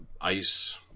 Ice